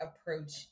approach